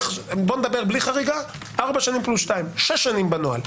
בואו נדבר בלי חריגה: ארבע שנים פלוס שתיים שש שנים בנוהל.